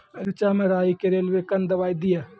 रेचा मे राही के रेलवे कन दवाई दीय?